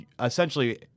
essentially